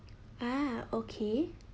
ah okay